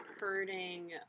hurting